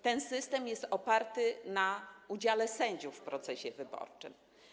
Ten system jest oparty na udziale sędziów w procesie wyborczym.